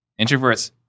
introverts